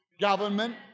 Government